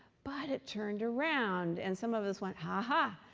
but it turned around. and some of us went, ha ha.